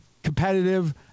Competitive